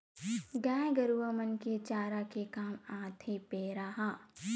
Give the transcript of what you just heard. गाय गरुवा मन के चारा के काम म आथे पेरा ह